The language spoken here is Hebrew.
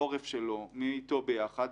העורף שלו, מי איתו ביחד.